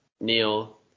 Neil